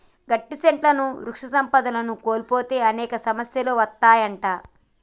గట్టి సెట్లుని వృక్ష సంపదను కోల్పోతే అనేక సమస్యలు అత్తాయంట